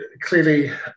clearly